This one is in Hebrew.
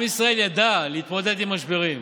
עם ישראל ידע להתמודד עם משברים,